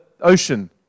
ocean